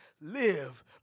Live